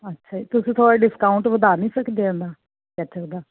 ਅੱਛਾ ਤੁਸੀਂ ਥੋੜਾ ਡਿਸਕਾਊਂਟ ਵਧਾ ਨੀ ਸਕਦੇ ਇਨਦਾ